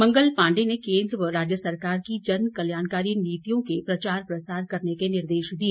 मंगल पांडे ने कोन्द्र व राज्य सरकार की जन कल्याणकारी नीतियों के प्रचार प्रसार करने के निर्देश दिए